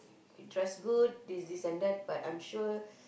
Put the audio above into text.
you trust good this is and that but I'm sure